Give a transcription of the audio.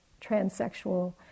transsexual